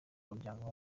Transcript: muryango